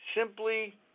simply